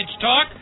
Talk